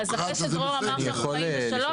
אז אחרי שדרור אמר שאנחנו חיים בשלום,